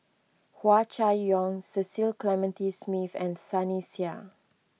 Hua Chai Yong Cecil Clementi Smith and Sunny Sia